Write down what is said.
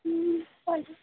হুম চলছে